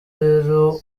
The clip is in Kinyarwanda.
rero